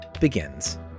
begins